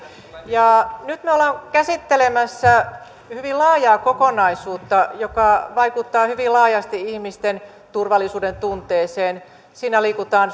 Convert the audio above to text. nyt me olemme käsittelemässä hyvin laajaa kokonaisuutta joka vaikuttaa hyvin laajasti ihmisten turvallisuuden tunteeseen siinä liikutaan